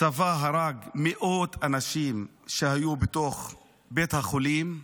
הצבא הרג מאות אנשים שהיו בתוך בית החולים,